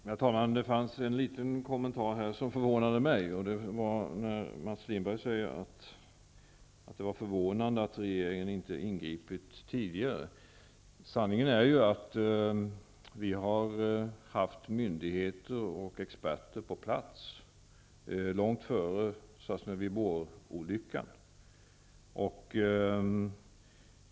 Herr talman! Det var en liten kommentar som förvånade mig, och det var när Mats Lindberg sade att det var förvånande att regeringen inte ingripit tidigare. Sanningen är ju att vi har haft experter och representanter för myndigheter på plats långt före Sosnovyj Bor-olyckan.